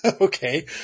Okay